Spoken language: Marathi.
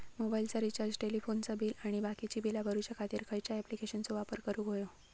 मोबाईलाचा रिचार्ज टेलिफोनाचा बिल आणि बाकीची बिला भरूच्या खातीर खयच्या ॲप्लिकेशनाचो वापर करूक होयो?